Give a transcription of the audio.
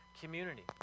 community